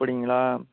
அப்படிங்களா